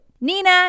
Nina